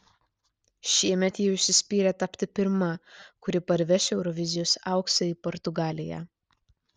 šiemet ji užsispyrė tapti pirma kuri parveš eurovizijos auksą į portugaliją